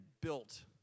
built